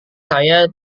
saya